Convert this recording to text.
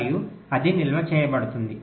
మరియు అది నిల్వ చేయబడుతుంది